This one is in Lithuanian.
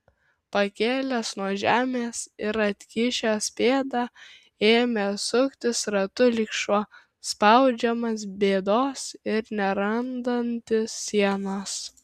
pakėlęs nuo žemės ir atkišęs pėdą ėmė suktis ratu lyg šuo spaudžiamas bėdos ir nerandantis sienos